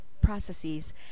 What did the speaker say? processes